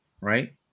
Right